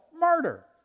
murder